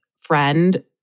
friend